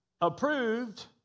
approved